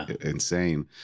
insane